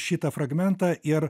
šitą fragmentą ir